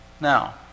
Now